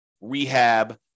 rehab